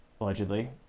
allegedly